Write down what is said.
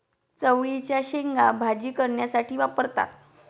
चवळीच्या शेंगा भाजी करण्यासाठी वापरतात